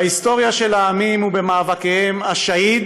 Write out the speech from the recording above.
בהיסטוריה של העמים ובמאבקיהם השהיד